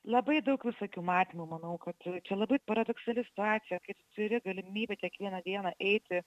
labai daug visokių matymų manau kad čia labai paradoksali situacija kai tu turi galimybę kiekvieną dieną eiti